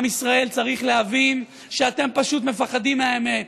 עם ישראל צריך להבין שאתם פשוט מפחדים מהאמת.